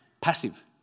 passive